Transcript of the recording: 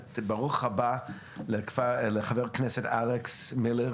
ברוך הבא לחבר הכנסת לשעבר אלכס מילר.